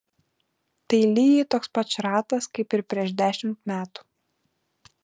tai lygiai toks pat šratas kaip ir prieš dešimt metų